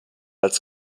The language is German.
als